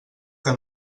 que